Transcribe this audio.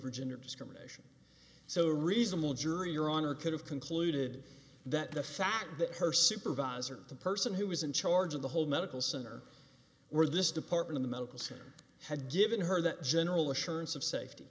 virginia discrimination so reasonable jury your honor could have concluded that the fact that her supervisor the person who was in charge of the whole medical center were this department the medical center had given her that general assurance of safety